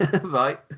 right